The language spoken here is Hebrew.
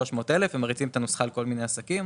ה-300,000 שקל ומריצים את הנוסחה על כל מיני עסקים,